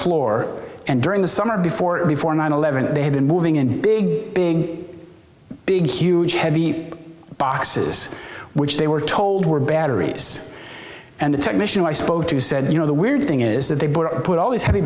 floor and during the summer before it before nine eleven they have been moving in big big big huge heavy boxes which they were told were batteries and the technician i spoke to said you know the weird thing is that they've put all these heavy